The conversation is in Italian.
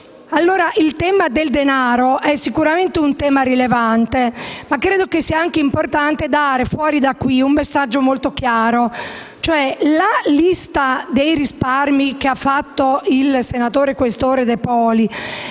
Il tema del denaro è sicuramente rilevante, ma credo che sia anche importante dare fuori di qui un messaggio molto chiaro. La lista dei risparmi che ha fatto il senatore Questore De Poli